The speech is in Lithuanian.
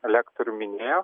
lektorių minėjo